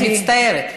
היא מצטערת.